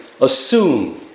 assume